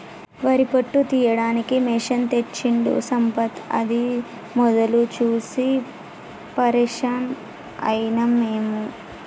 వరి పొట్టు తీయడానికి మెషిన్ తెచ్చిండు సంపత్ అది మొదలు చూసి పరేషాన్ అయినం మేము